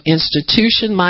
Institution